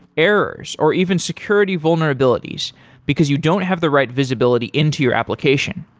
errors or even security vulnerabilities because you don't have the right visibility into your application?